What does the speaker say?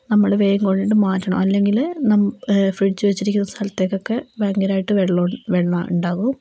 നമ്മൾ വേഗം കൊണ്ടുപോയിട്ട് മാറ്റണം അല്ലെങ്കിൽ ഫ്രിഡ്ജ് വച്ചിരിക്കുന്ന സ്ഥലത്തേയ്ക്കൊക്കെ ഭയങ്കരമായിട്ട് വെള്ളം വെള്ളം ഉണ്ടാകും